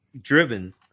driven